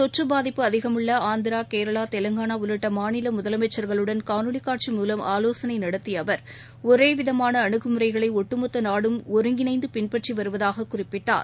தொற்று பாதிப்பு அதிகமுள்ள ஆந்திரா கேரளா தெலங்காளா உள்ளிட்ட மாநில முதலமைச்சர்களுடன் காணொலி காட்சி மூலம் ஆலோசனை நடத்திய அவர் ஒரே விதமான அனுகுமுறைகளை ஒட்டுமொத்த நாடும் ஒருங்கிணைந்து பின்பற்றி வருவதாக குறிப்பிட்டார்